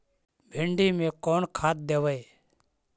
भिंडी में कोन खाद देबै?